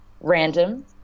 random